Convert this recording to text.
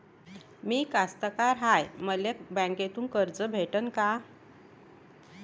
मी कास्तकार हाय, मले बँकेतून कर्ज भेटन का?